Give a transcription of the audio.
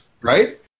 Right